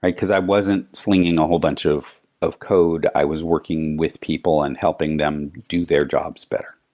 because i wasn't slinging a whole bunch of of code. i was working with people and helping them do their jobs better.